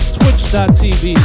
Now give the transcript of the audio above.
twitch.tv